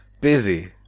Busy